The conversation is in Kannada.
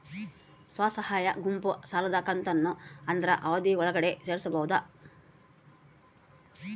ಸ್ವಸಹಾಯ ಗುಂಪು ಸಾಲದ ಕಂತನ್ನ ಆದ್ರ ಅವಧಿ ಒಳ್ಗಡೆ ತೇರಿಸಬೋದ?